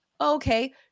Okay